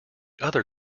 other